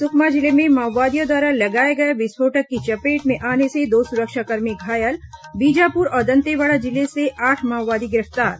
सुकमा जिले में माओवादियों द्वारा लगाए गए विस्फोटक की चपेट में आने से दो सुरक्षाकर्मी घायल बीजापुर और दंतेवाड़ा जिले से आठ माओवादी गिरफ्तार